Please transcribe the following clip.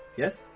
yes?